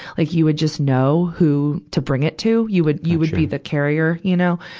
like you would just know who to bring it to. you would, you would be the carrier, you know.